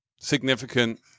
significant